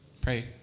pray